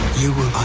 you will